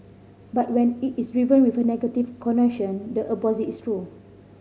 but when it is driven with a negative the opposite is true